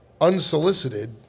unsolicited